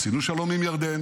עשינו שלום עם ירדן